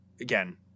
again